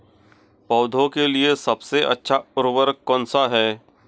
पौधों के लिए सबसे अच्छा उर्वरक कौनसा हैं?